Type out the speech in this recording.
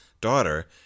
daughter